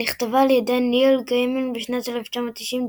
שנכתבה על ידי ניל גיימן בשנת 1990,